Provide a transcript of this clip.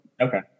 Okay